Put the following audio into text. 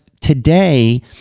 today